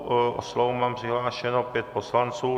O slovo mám přihlášeno pět poslanců.